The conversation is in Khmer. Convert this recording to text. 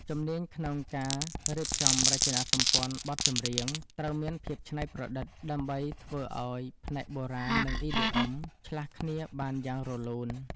ជំនាញក្នុងការរៀបចំរចនាសម្ព័ន្ធបទចម្រៀង ត្រូវមានភាពច្នៃប្រឌិត ដើម្បីធ្វើឱ្យផ្នែកបុរាណ និង EDM ឆ្លាស់គ្នាបានយ៉ាងរលូន។